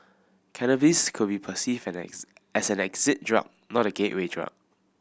cannabis could be perceived as an exit drug not a gateway drug